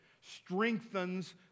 strengthens